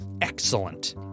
Excellent